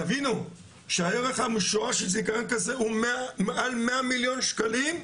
תבינו שהערך המשוער של זיכיון כזה הוא מעל מאה מיליון שקלים,